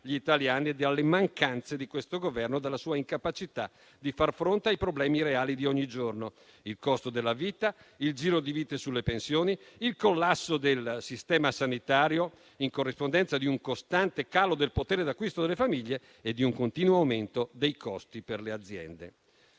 gli italiani dalle mancanze di questo Governo e dalla sua incapacità di far fronte ai problemi reali di ogni giorno (il costo della vita, il giro di vite sulle pensioni, il collasso del sistema sanitario), in corrispondenza di un costante calo del potere d'acquisto delle famiglie e di un continuo aumento dei costi per le aziende.